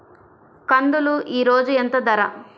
కందులు ఈరోజు ఎంత ధర?